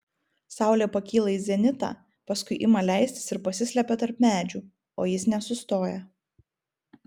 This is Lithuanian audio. saulė pakyla į zenitą paskui ima leistis ir pasislepia tarp medžių o jis nesustoja